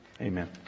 Amen